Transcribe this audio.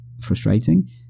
frustrating